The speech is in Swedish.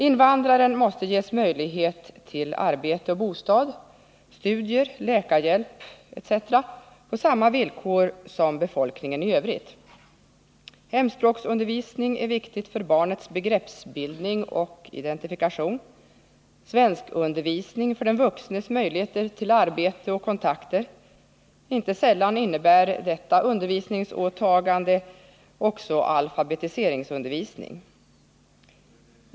Invandraren måste ges möjlighet till arbete och bostad, studier, läkarhjälp etc. på samma villkor som befolkningen i övrigt. Hemspråksundervisning är viktigt för barnets begreppsbildning och identifikation, svenskundervisning för den vuxnes möjligheter till arbete och kontakter. Inte sällan innebär detta undervisningsåtagande även alfabetiseringsundervisning.